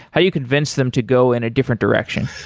how do you convince them to go in a different direction?